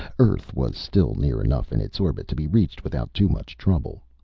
earth was still near enough in its orbit to be reached without too much trouble.